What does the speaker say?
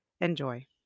Enjoy